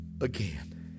again